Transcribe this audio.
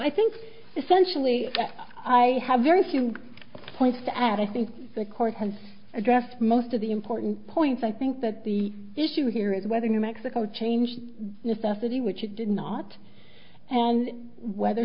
i think essentially i have very few points to add i think the court has addressed most of the important points i think that the issue here is whether new mexico changed necessity which it did not and whether